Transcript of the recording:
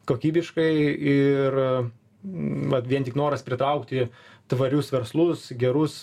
kokybiškai ir vat vien tik noras pritraukti tvarius verslus gerus